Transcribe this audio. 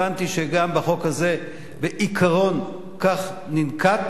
הבנתי שגם בחוק הזה בעיקרון כך ננקט,